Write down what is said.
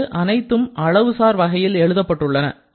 இங்கு அனைத்தும் அளவுசார் வகையில் எழுதப்பட்டுள்ளன